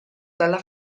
dalla